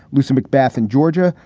lucy mcbath and georgia.